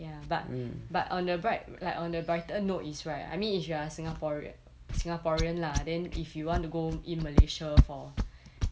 ya but but on the bright like on brighter note is right I mean if you are singaporea~ singaporean lah then if you want to go in malaysia for